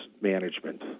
management